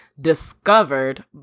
discovered